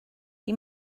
nid